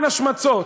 אותן השמצות.